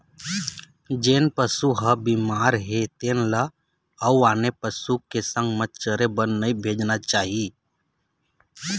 जेन पशु ह बिमार हे तेन ल अउ आने पशु के संग म चरे बर नइ भेजना चाही